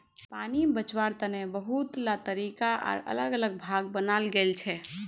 पानी बचवार तने बहुतला तरीका आर अलग अलग भाग बनाल गेल छे